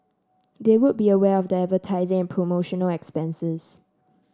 they would be aware of the advertising and promotional expenses